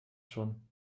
schon